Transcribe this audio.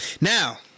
Now